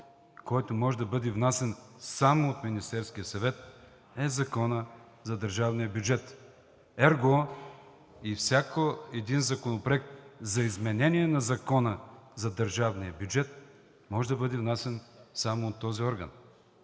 който може да бъде внасян само от Министерския съвет, е Законът за държавния бюджет, ерго и всеки един Законопроект за изменение на Закона за държавния бюджет може да бъде внасян само от този орган.